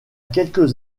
quelques